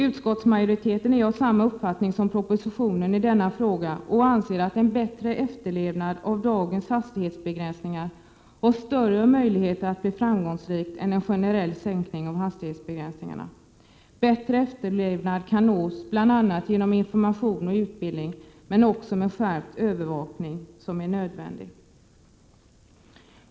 Utskottsmajoriteten är av samma uppfattning som den som framförs i propositionen i denna fråga och anser att en bättre efterlevnad av dagens hastighetsbegränsningar är av större värde än en generell sänkning av de tillåtna hastigheterna. En bättre efterlevnad kan uppnås genom information och utbildning, men skärpt övervakning är också nödvändig.